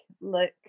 look